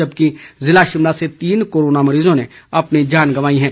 जबकि जिला शिमला से तीन कोरोना मरीजों ने अपनी जान गंवाई है